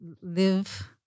live